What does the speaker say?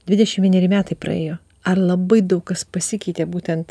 dvidešim vieneri metai praėjo ar labai daug kas pasikeitė būtent